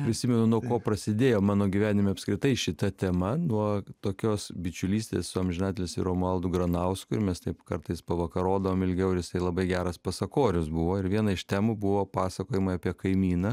prisimenu nuo ko prasidėjo mano gyvenime apskritai šita tema nuo tokios bičiulystės su amžinatilsį romualdu granausku ir mes taip kartais pavakarodavom ilgiau ir jisai labai geras pasakorius buvo ir viena iš temų buvo pasakojimai apie kaimyną